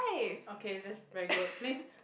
okay that's very good please